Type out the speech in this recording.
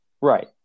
right